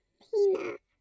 peanut